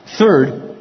Third